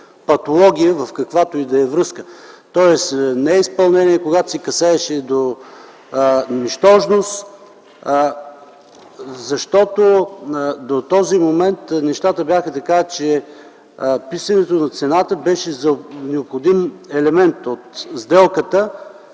патология в каквато и да е връзка, тоест неизпълнение, когато се касаеше до нищожност. До този момент нещата бяха така, че писането на цената беше необходим елемент от сделката,